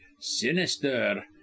sinister